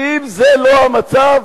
האם זה לא המצב?